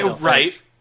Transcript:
Right